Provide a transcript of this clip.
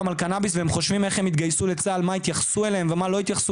קנאביס והם חושבים איך הם יתגייסו לצה"ל ואיך יתייחסו אליהם,